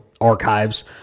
archives